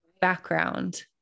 background